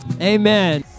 amen